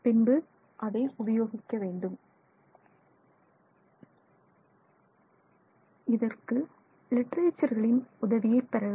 பின்பு அதை உபயோகிக்க வேண்டும் இதற்கு லிட்டரேச்சர்களின் உதவியை பெறலாம்